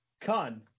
con